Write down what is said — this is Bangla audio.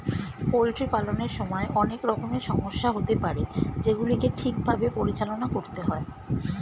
পোল্ট্রি পালনের সময় অনেক রকমের সমস্যা হতে পারে যেগুলিকে ঠিক ভাবে পরিচালনা করতে হয়